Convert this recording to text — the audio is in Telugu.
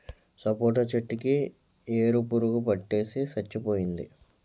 సపోటా చెట్టు కి ఏరు పురుగు పట్టేసి సచ్చిపోయింది